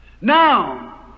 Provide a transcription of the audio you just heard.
Now